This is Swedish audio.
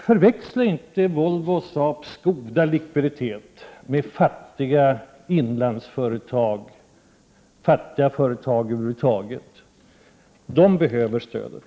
Förväxla inte Volvo och SAAB, som har god likviditet, med fattiga inlandsföretag eller fattiga företag över huvud taget, vilka behöver stödet.